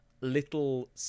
little